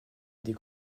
des